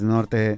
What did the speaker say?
Norte